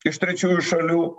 iš trečiųjų šalių